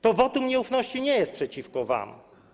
To wotum nieufności nie jest przeciwko wam.